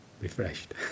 refreshed